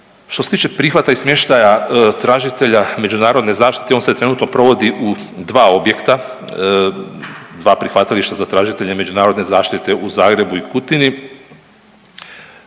Što se tiče prihvata i smještaja tražitelja međunarodne zaštite on se trenutno provodi u dva objekta, dva prihvatilišta za tražitelje međunarodne zaštite u Zagrebu i Kutini.